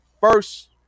first